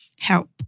Help